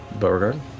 beauregard?